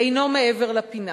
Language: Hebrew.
אינו מעבר לפינה,